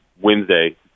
Wednesday